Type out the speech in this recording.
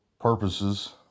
purposes